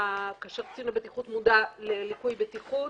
כאשר קצין הבטיחות מודע לליקוי בטיחות,